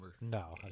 No